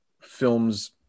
films